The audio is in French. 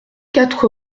quatre